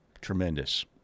tremendous